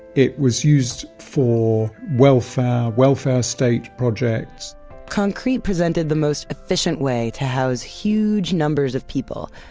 it was used for welfare welfare state projects concrete presented the most efficient way to house huge numbers of people.